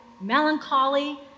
melancholy